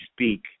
speak